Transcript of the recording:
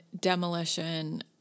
demolition